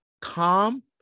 calm